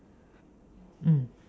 mm